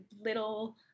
little